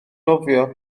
nofio